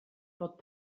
bod